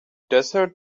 desert